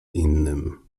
innym